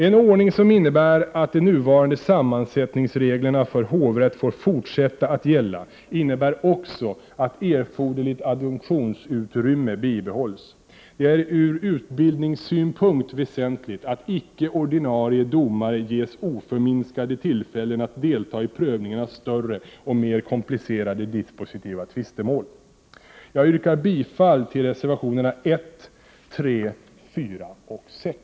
En ordning som innebär att de nuvarande sammansättningsreglerna för hovrätt får fortsätta att gälla innebär också att erforderligt adjunktionsutrymme bibehålls. Det är ur utbildningssynpunkt väsentligt att icke ordinarie domare ges oförminskade tillfällen att delta i prövningen av större och mer komplicerade dispositiva tvistemål. Jag yrkar bifall till reservationerna nr 1, 3, 4 och 6.